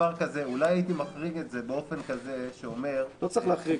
אולי הייתי מחריג את זה באופן כזה שאומר -- לא צריך להחריג,